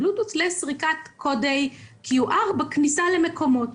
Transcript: בלוטוס לסריקת קודי QR בכניסה למקומות.